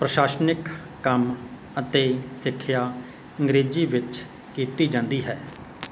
ਪ੍ਰਸ਼ਾਸਨਿਕ ਕੰਮ ਅਤੇ ਸਿੱਖਿਆ ਅੰਗਰੇਜ਼ੀ ਵਿੱਚ ਕੀਤੀ ਜਾਂਦੀ ਹੈ